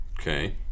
Okay